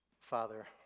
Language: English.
Father